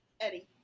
Eddie